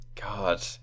God